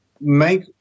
make –